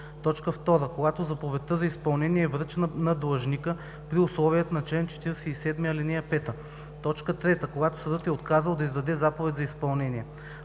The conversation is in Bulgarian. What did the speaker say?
срок; 2. когато заповедта за изпълнение е връчена на длъжника при условията на чл. 47, ал. 5; 3. когато съдът е отказал да издаде заповед за изпълнение.